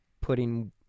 putting